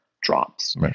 drops